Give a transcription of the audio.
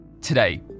Today